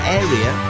area